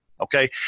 okay